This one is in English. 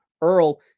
Earl